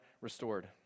restored